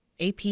AP